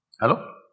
Hello